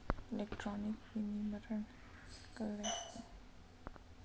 Electronic विनीर्माण cluster योजना का होथे?